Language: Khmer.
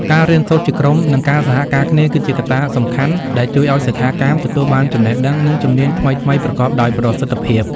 ការរៀនសូត្រជាក្រុម និងការសហការគ្នា គឺជាកត្តាសំខាន់ដែលជួយឲ្យសិក្ខាកាមទទួលបានចំណេះដឹង និងជំនាញថ្មីៗប្រកបដោយប្រសិទ្ធភាព។